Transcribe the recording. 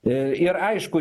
i ir aišku